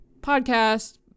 podcast